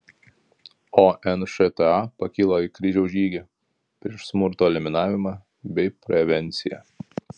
o nšta pakilo į kryžiaus žygį prieš smurto eliminavimą bei prevenciją